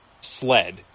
sled